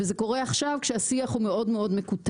וזה קורה עכשיו כשהשיח הוא מאוד מקוטב.